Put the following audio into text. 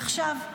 עכשיו,